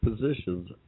positions